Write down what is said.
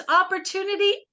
opportunity